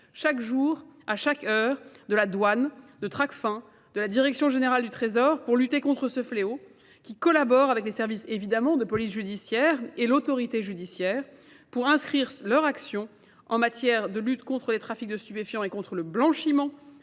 chaque jour, à chaque heure, de la douane, de traque-fin, de la direction générale du Trésor pour lutter contre ce fléau, qui collaborent avec les services évidemment de police judiciaire et l'autorité judiciaire pour inscrire leurs actions en matière de lutte contre les trafics de stupéfiants et contre le blanchiment